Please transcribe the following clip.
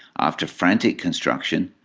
after frantic construction,